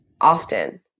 often